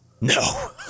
No